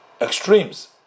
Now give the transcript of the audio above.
extremes